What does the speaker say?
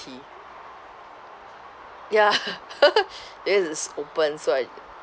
ya it is open so I